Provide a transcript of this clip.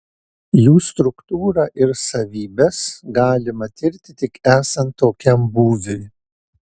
jų struktūrą ir savybes galima tirti tik esant tokiam būviui